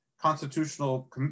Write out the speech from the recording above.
constitutional